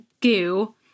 goo